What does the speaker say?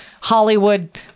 Hollywood